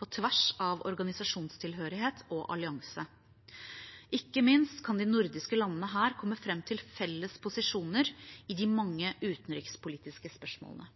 på tvers av organisasjonstilhørighet og allianse. Ikke minst kan de nordiske landene her komme fram til felles posisjoner i de mange utenrikspolitiske spørsmålene.